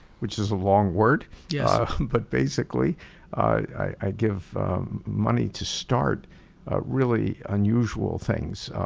which is a long word. yeah but basically i give money to start really unusual things.